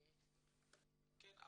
כן.